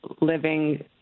living